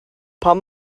pam